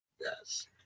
yes